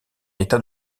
état